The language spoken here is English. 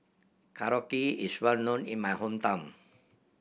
korokke is well known in my hometown